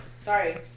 Sorry